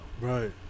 Right